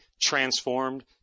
transformed